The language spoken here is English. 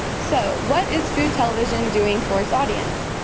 so what is food television doing for it's audience?